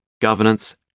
governance